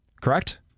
correct